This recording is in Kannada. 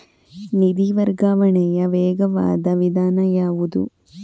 ನಿಧಿ ವರ್ಗಾವಣೆಯ ವೇಗವಾದ ವಿಧಾನ ಯಾವುದು?